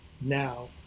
now